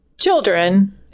children